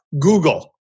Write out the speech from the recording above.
Google